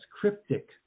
cryptic